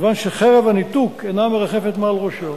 כיוון ש'חרב הניתוק' אינה מרחפת מעל ראשו.